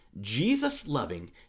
Jesus-loving